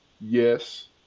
yes